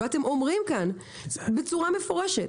ואתם אומרים כאן בצורה מפורשת,